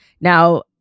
Now